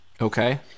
okay